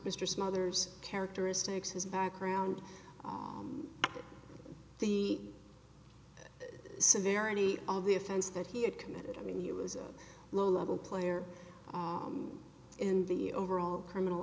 mr smothers characteristics his background the severity of the offense that he had committed i mean he was a low level player in the overall criminal